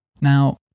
Now